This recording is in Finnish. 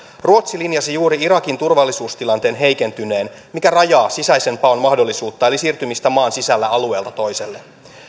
ruotsi linjasi juuri irakin turvallisuustilanteen heikentyneen mikä rajaa sisäisen paon mahdollisuutta eli siirtymistä maan sisällä alueelta toiselle